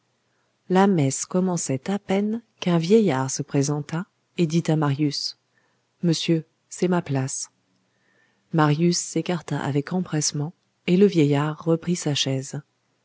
la messe commençait à peine qu'un vieillard se présenta et dit à marius monsieur c'est ma place marius s'écarta avec empressement et le vieillard reprit sa chaise